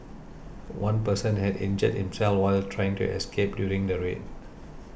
one person had injured himself while trying to escape during the raid